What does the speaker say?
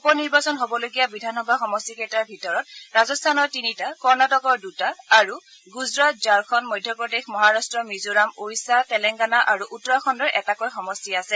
উপ নিৰ্বাচন হবলগীয়া বিধানসভা সমষ্টিকেইটাৰ ভিতৰত ৰাজস্থানৰ তিনিটা কৰ্ণাটকৰ দুটা আৰু গুজৰাট ঝাৰখণ্ড মধ্যপ্ৰদেশ মহাৰা্ট মিজোৰাম ওড়িশা তেলেংগানা আৰু উত্তৰাখণ্ডৰ এটাকৈ সমষ্টি আছে